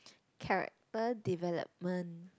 character development